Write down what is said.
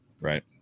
Right